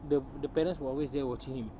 the the parents were always there watching him